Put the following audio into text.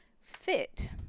fit